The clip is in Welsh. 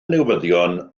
newyddion